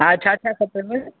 हा छा छा खपेव